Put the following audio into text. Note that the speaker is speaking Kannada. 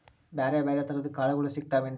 ಬ್ಯಾರೆ ಬ್ಯಾರೆ ತರದ್ ಕಾಳಗೊಳು ಸಿಗತಾವೇನ್ರಿ?